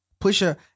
pusher